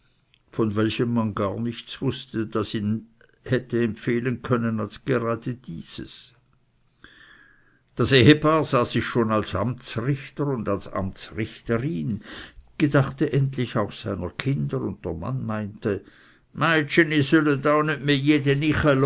von welchem man gar nichts wußte das ihn hätte empfehlen können als gerade dieses das ehepaar sah sich schon als amtsrichter und als amtsrichterin gedachte endlich auch seiner kinder und der mann meinte d'meitscheni